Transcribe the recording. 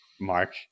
Mark